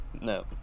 no